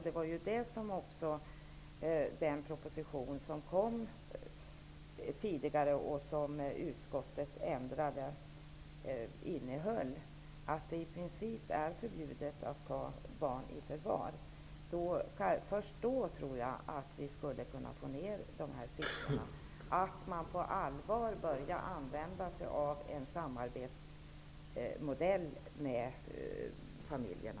Det var det som den proposition innehöll som kom tidigare och som utskottet ändrade, dvs. att det i princip är förbjudet att ta barn i förvar. Först då tror jag att vi skulle kunna få ner de här siffrorna, och att man på allvar började använda en samarbetsmodell med familjerna.